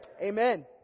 Amen